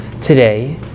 today